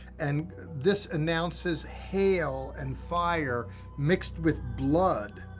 and this announces hail and fire mixed with blood,